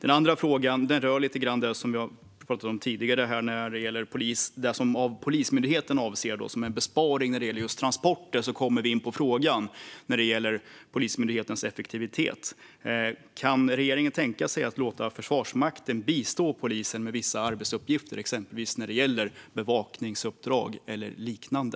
För det andra: Det som av Polismyndigheten ses som en besparing vad gäller transporter leder oss in på Polismyndighetens effektivitet. Kan regeringen tänka sig att låta Försvarsmakten bistå polisen med vissa arbetsuppgifter, exempelvis bevakningsuppdrag eller liknande?